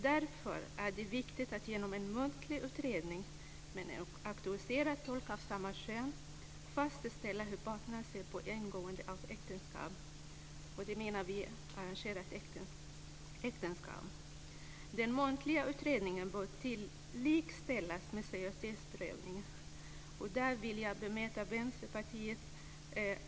Därför är det viktigt att genom en muntlig utredning med en auktoriserad tolk av samma kön fastställa hur parterna ser på ingående av äktenskap, och då menar vi arrangerade äktenskap. Den muntliga utredningen bör likställas med seriositetsprövningen. Där vill jag bemöta Vänsterpartiet.